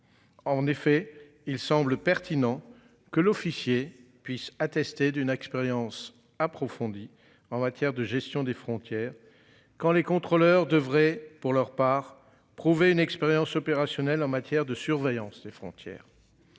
En effet il semble pertinent que l'officier puisse attester d'une expérience approfondie en matière de gestion des frontières. Quand les contrôleurs devraient pour leur part, prouver une expérience opérationnelle en matière de surveillance des frontières.